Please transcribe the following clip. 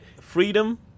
Freedom